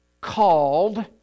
called